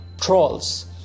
trolls